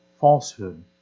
falsehood